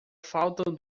faltam